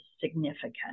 significant